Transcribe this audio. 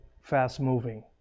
fast-moving